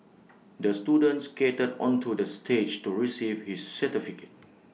the student skated onto the stage to receive his certificate